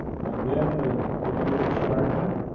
and then the platoon sergeant,